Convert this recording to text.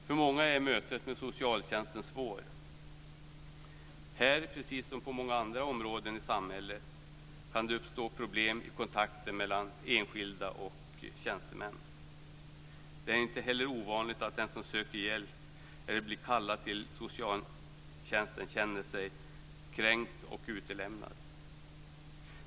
För många är mötet med socialtjänsten svårt. Här, precis som på många andra områden i samhället, kan det uppstå problem i kontakten mellan enskilda och tjänstemän. Det är inte heller ovanligt att den som söker hjälp eller blir kallad till socialtjänsten känner sig kränkt och utlämnad.